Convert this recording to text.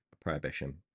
Prohibition